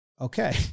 Okay